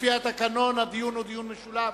לפי התקנון הדיון הוא דיון משולב.